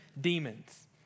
demons